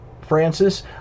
Francis